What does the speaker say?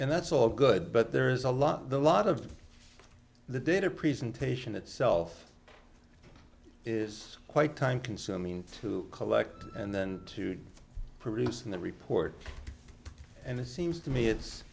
and that's all good but there's a lot the lot of the data presentation itself is quite time consuming to collect and then to produce in the report and it seems to me it's